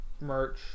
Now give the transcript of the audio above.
merch